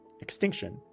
extinction